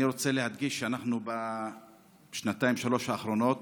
אני רוצה להדגיש שבשנתיים-שלוש האחרונות